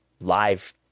live